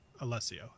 Alessio